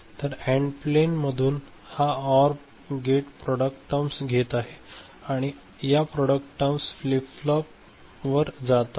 तर end plan मधून हा ओआर गेट प्रॉडक्ट टर्म्स घेत आहे आणि या प्रॉडक्ट टर्म्स फ्लि फ्लॉप वर जातात